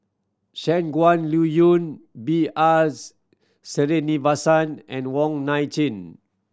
Shangguan Liuyun B R Sreenivasan and Wong Nai Chin